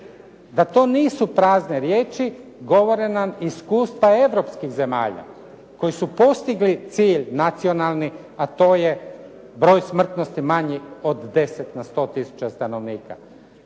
Da to nisu prazne riječi govore na iskustva europskih zemalja, koji su postigli cilj nacionalni, a to je broj smrtnosti manji od 10 na 100 tisuća stanovnika.